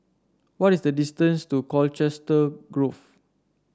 what is the distance to Colchester Grove